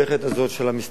של המסתננים,